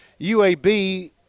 UAB